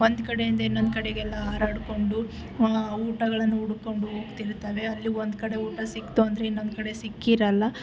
ಒಂದು ಕಡೆಯಿಂದ ಇನ್ನೊಂದು ಕಡೆಗೆಲ್ಲ ಹಾರಾಡಿಕೊಂಡು ಊಟಗಳನ್ನು ಹುಡುಕ್ಕೊಂಡು ಹೋಗ್ತಾ ಇರ್ತವೆ ಅಲ್ಲಿ ಒಂದು ಕಡೆ ಊಟ ಸಿಕ್ತು ಅಂದರೆ ಇನ್ನೊಂದು ಕಡೆ ಸಿಕ್ಕಿರೋಲ್ಲ